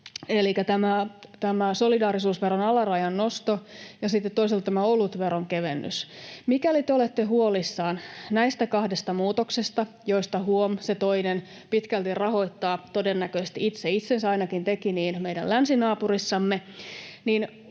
elikkä solidaarisuusveron alarajan nosto ja sitten toisaalta olutveron kevennys. Mikäli te olette huolissanne näistä kahdesta muutoksesta, joista, huom., se toinen pitkälti rahoittaa todennäköisesti itse itsensä, ainakin teki niin meidän länsinaapurissamme,